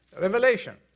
Revelation